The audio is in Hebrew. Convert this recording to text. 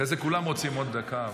אחרי זה כולם רוצים עוד דקה.